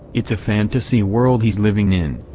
it's a fantasy world he's living in.